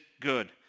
good